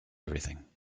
everything